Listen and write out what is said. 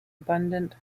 abundant